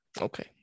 Okay